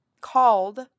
called